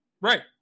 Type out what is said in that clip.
Right